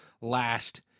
last